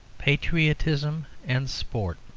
patriotism and sport.